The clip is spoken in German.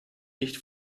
nicht